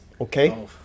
okay